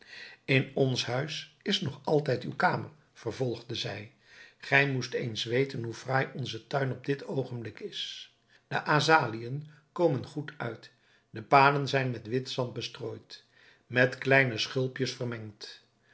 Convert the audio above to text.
in ons huis is nog altijd uw kamer vervolgde zij ge moest eens weten hoe fraai onze tuin op dit oogenblik is de azaleën komen goed uit de paden zijn met wit zand bestrooid met kleine schulpjes vermengd